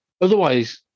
otherwise